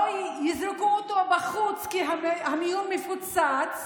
לא יזרקו אותו בחוץ כי המיון מפוצץ,